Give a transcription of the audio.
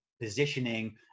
positioning